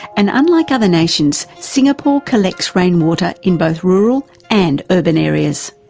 and unlike other nations singapore collects rainwater in both rural and urban areas.